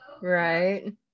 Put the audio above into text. right